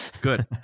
good